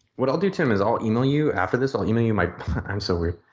what i'll do, tim is i'll email you after this i'll email you my i'm so weird.